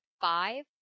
five